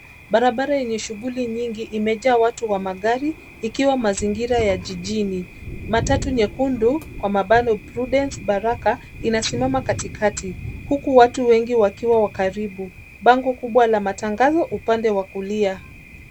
Barabara yenye shughuli nyingi imejaa watu wa magari ikiwa mazingira ya jijini. Matatu nyekundu kwa mabano Prudence Baraka inasimama katikakati huku watu wengi wakiwa karibu . Bango kubwa la matangazo upande wa kulia.